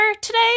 today